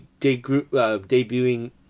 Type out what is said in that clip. debuting